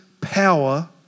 power